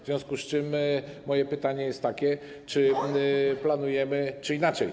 W związku z tym moje pytanie jest takie: Czy planujemy... Inaczej.